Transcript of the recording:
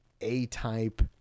A-type